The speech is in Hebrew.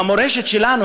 במורשת שלנו,